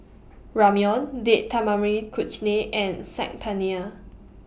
Ramyeon Date Tamarind Chutney and Saag Paneer